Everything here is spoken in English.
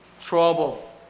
trouble